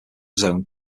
zone